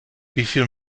wieviel